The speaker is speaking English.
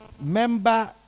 member